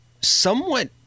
somewhat